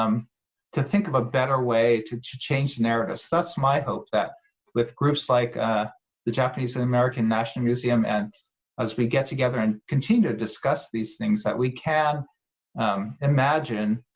um to think of a better way to to change narratives. that's my hope, that with groups like ah the japanese in american national museum and as we get together and continue to discuss these things that we can imagine,